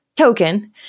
token